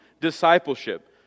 discipleship